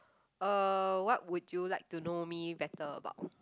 uh what would you like to know me better about